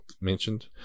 mentioned